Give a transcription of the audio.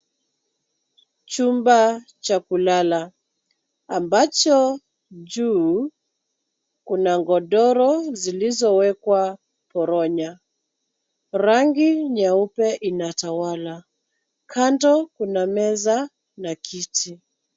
Chumba cha kulala ambacho juu kuna godoro zilizowekwa foronya rangi nyeupe inatawala. Kando kuna meza na kiti.